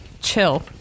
chill